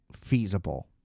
feasible